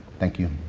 thank you.